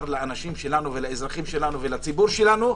לאנשים שלנו ולאזרחים שלנו ולציבור שלנו,